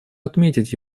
отметить